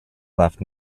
left